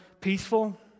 peaceful